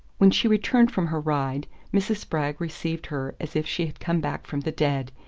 when she returned from her ride mrs. spragg received her as if she had come back from the dead.